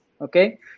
Okay